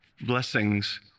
blessings